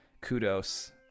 kudos